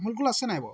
Amul Kool আছে নাই বাৰু